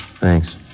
Thanks